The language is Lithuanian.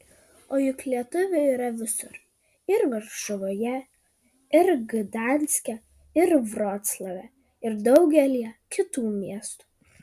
o juk lietuvių yra visur ir varšuvoje ir gdanske ir vroclave ir daugelyje kitų miestų